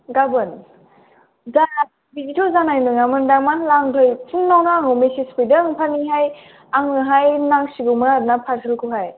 गाबोन दा बिदिथ' जानाय नङामोनदां मानो होनला आं दहाय फुङावनो आंनाव मेसेस फैदों थारमानिहाय आंनोहाय नांसिगौमोन आरोना पार्सेल खौहाय